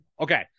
okay